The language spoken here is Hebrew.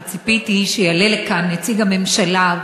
אני ציפיתי שיעלה לכאן נציג הממשלה,